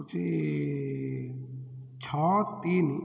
ହେଉଛି ଛଅ ତିନି